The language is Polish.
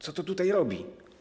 Co to tutaj robi?